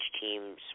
teams